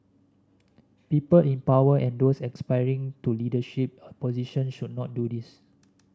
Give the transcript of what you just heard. people in power and those aspiring to leadership position should not do this